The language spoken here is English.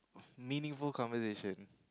meaningful conversation